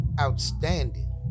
outstanding